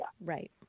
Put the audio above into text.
Right